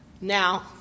Now